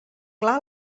clar